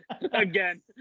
Again